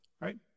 right